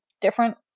different